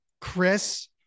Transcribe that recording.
Chris